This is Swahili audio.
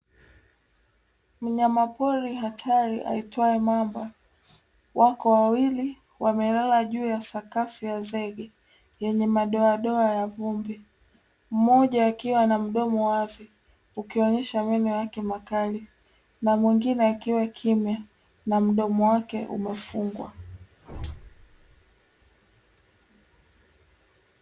Mnyama pori hatari aitwaye mamba, wako wawili wamelala juu ya sakafu ya zege yenye madoadoa ya vumbi. Mmoja akiwa na mdomo wazi ukionyesha meno yake makali na mwingine akiwa kimya na mdomo wake umefungwa.